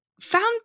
found